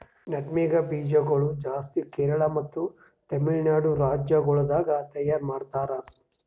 nutmeg ಬೀಜ ಗೊಳ್ ಜಾಸ್ತಿ ಕೇರಳ ಮತ್ತ ತಮಿಳುನಾಡು ರಾಜ್ಯ ಗೊಳ್ದಾಗ್ ತೈಯಾರ್ ಮಾಡ್ತಾರ್